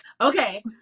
Okay